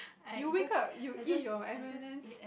you wake up you eat your M-and-M